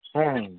ᱦᱮᱸ ᱦᱮᱸ